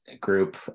Group